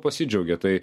pasidžiaugė tai